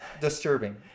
disturbing